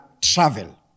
travel